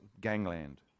gangland